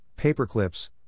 paperclips